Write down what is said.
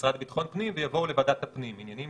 המשרד לביטחון הפנים ויבואו לוועדת הפנים ועניינים